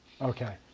Okay